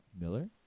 Miller